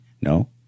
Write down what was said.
no